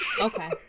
Okay